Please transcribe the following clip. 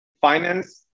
finance